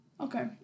Okay